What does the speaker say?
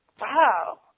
wow